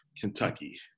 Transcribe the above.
Kentucky